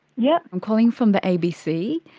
yeah i'm calling from the abc.